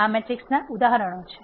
આ મેટ્રિક્સના ઉદાહરણો છે